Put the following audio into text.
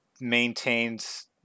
Maintains